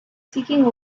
seeking